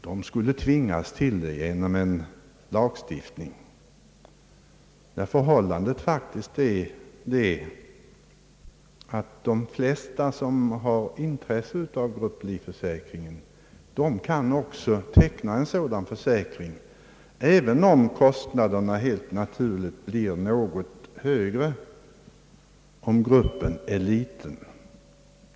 De skulle då tvingas till det genom en lagstiftning. Förhållandet är faktiskt det att de flesta som har intresse av grupplivförsäkring kan också teckna en sådan, även om kostnaderna helt naturligt blir något högre om gruppen är liten.